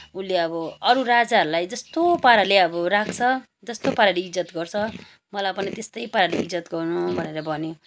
उसले अब अरू राजाहरूलाई जस्तो पाराले अब राख्छ जस्तो पाराले इज्जत गर्छ मलाई पनि त्यस्तै पाराले इज्जत गर्नु भनेर भन्यो